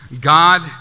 God